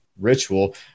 ritual